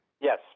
Yes